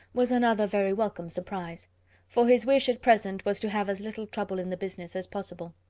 was another very welcome surprise for his wish at present was to have as little trouble in the business as possible.